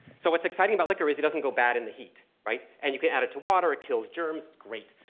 so what's exciting about liquors is it doesn't go bad in the heat, right? and you can add it to water, it kills germs, great!